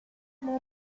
non